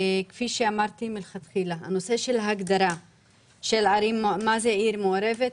הנושא של ההגדרה של עיר מעורבת,